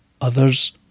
others